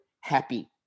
happy